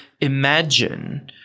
imagine